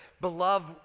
beloved